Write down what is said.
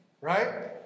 right